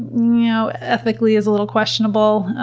you know, ethically is a little questionable.